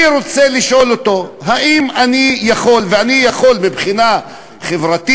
אני רוצה לשאול אותו: האם אני יכול ואני יכול מבחינה חברתית,